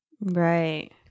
right